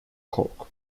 cork